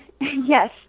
Yes